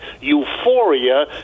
euphoria